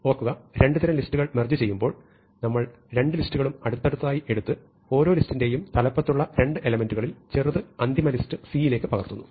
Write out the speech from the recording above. ഓർക്കുക രണ്ട് തരം ലിസ്റ്റുകൾ മെർജ് ചെയ്യുമ്പോൾ നമ്മൾ രണ്ട് ലിസ്റ്റുകളും അടുത്തടുത്തായി എടുത്ത് ഓരോ ലിസ്റ്റിന്റെയും തലപ്പത്തുള്ള രണ്ട് എലെമെന്റുകളിൽ ചെറുത് അന്തിമ ലിസ്റ്റ് C യിലേക്ക് പകർത്തുന്നു